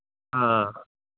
ꯑ